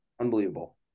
Unbelievable